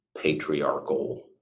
patriarchal